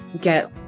get